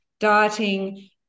dieting